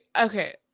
okay